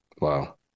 Wow